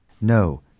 No